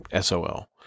SOL